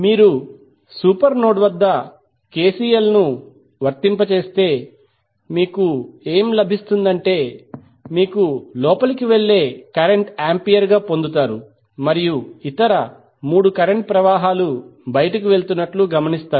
మీరు super node వద్ద KCL ను వర్తింపజేస్తే మీకు ఏమి లభిస్తుందంటే మీకు లోపలికి వెళ్లే కరెంట్ ఆంపియర్ గా పొందుతారు మరియు ఇతర 3 కరెంట్ ప్రవాహాలు బయటకు వెళ్తున్నట్లు గమనిస్తారు